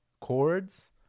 chords